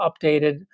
updated